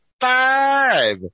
five